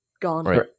Gone